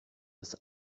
ist